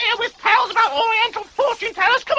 yeah with tales about oriental fortune tellers,